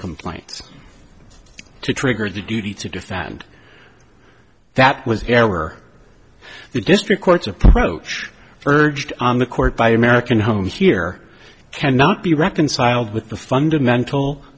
complaints to trigger the duty to defend that was error the district court's approach urged on the court by american homes here cannot be reconciled with the fundamental